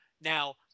Now